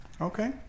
Okay